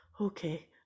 okay